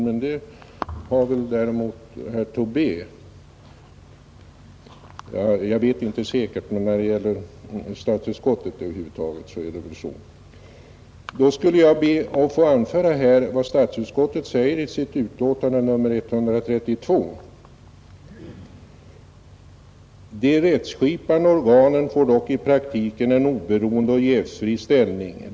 Hur det är med herr Tobé därvidlag vet jag inte säkert, men i statsutskottet var han ju med. Jag skall be att få anföra vad statsutskottet sade i sitt utlåtande nr 132 år 1970: ”De rättskipande organen får dock i praktiken en oberoende och jävsfri ställning.